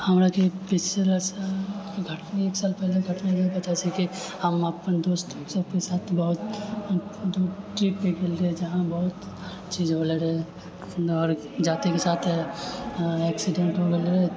हमराके किस तरहसँ घटना एक साल पहले घटना जैसे कि हम अपन दोस्त सभके साथ ट्रिप पर गेल रहियै जहाँ बहुत चीज होले रहै आओर जातेके साथ एक्सीडेन्ट हो गेल रहै